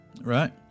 right